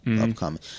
upcoming